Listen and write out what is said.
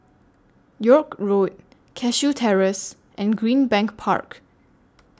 York Road Cashew Terrace and Greenbank Park